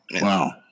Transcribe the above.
Wow